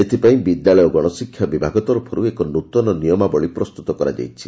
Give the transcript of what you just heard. ଏଥିପାଇଁ ବିଦ୍ୟାଳୟ ଓ ଗଣଶିକ୍ଷା ବିଭାଗ ତରଫରୁ ଏକ ନ୍ତନ ନିୟମାବଳୀ ପ୍ରସ୍ତୁତ କରାଯାଇଛି